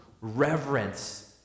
Reverence